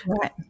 Right